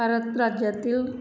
Bharat राज्यांतील